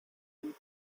him